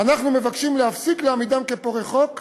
אנחנו מבקשים להפסיק להעמידם כפורעי חוק